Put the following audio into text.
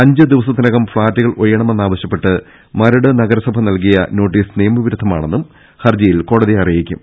അഞ്ചു ദിവസത്തിനകം ഫ്ളാറ്റുകൾ ഒഴിയണമെന്നാവശ്യപ്പെട്ട് മരട് നഗരസഭ നൽകിയ നോട്ടീസ് നിയമവിരുദ്ധമാണെന്നും ഹർജിയിൽ കോടതിയെ അറി യിക്കും